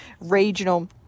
regional